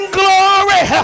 glory